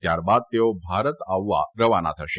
ત્યારબાદ તેઓ ભારત આવવા રવાના થશે